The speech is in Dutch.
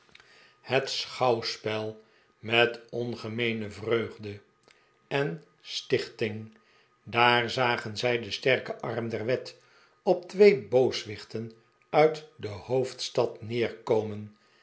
het sehouwspel met ongemeene vreugde en stichting daar zagen zij den sterken arm ler wet op twee booswichten uit de hoofdstad